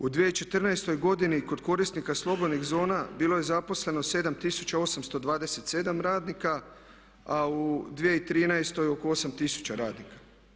U 2014. godini kod korisnika slobodnih zona bilo je zaposleno 7827 radnika, a u 2013 oko 8000 radnika.